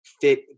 fit